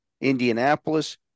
Indianapolis